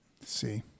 See